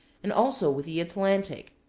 and also with the atlantic.